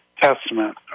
Testament